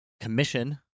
commission